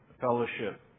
Fellowship